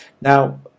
Now